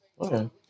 Okay